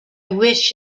wish